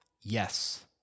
Yes